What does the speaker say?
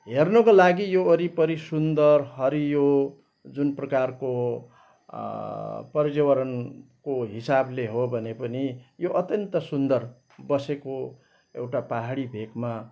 हेर्नुको लागि यो वरिपरि सुन्दर हरियो जुन प्रकारको पर्यावरणको हिसाबले हो भने पनि यो अत्यन्त सुन्दर बसेको एउटा पाहाडी भेकमा